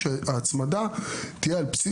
התאמת הנפחים, תסביר את הנושא בבקשה.